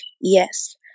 Yes